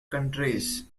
countries